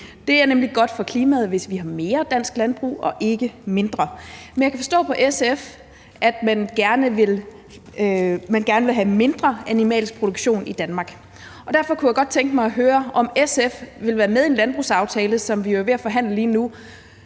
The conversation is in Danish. Det er nemlig godt for klimaet, hvis vi har mere dansk landbrug og ikke mindre. Men jeg kan forstå på SF, at man gerne vil have mindre animalsk produktion i Danmark. Derfor kunne jeg godt tænke mig at høre, om SF vil være med i en landbrugsaftale, som vi jo er ved at forhandle lige nu,